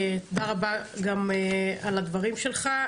תודה רבה על הדברים שלך,